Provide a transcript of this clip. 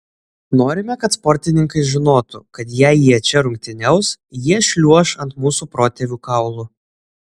norime kad sportininkai žinotų kad jei jie čia rungtyniaus jie šliuoš ant mūsų protėvių kaulų